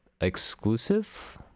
Exclusive